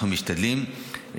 אנחנו משתדלים,